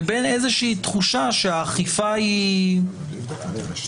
לבין איזו שהיא תחושה שהאכיפה היא מינורית.